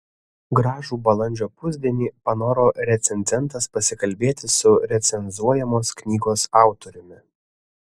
gražų balandžio pusdienį panoro recenzentas pasikalbėti su recenzuojamos knygos autoriumi